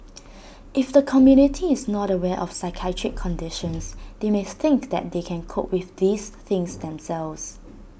if the community is not aware of psychiatric conditions they may think that they can cope with these things themselves